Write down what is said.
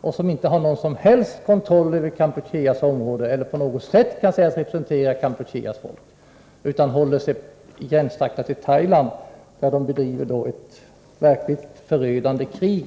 och som inte har någon som helst kontroll över Kampuchea eller på något sätt kan sägas representera Kampucheas folk utan håller sig i gränstrakterna till Thailand och bedriver där ett verkligt förödande krig?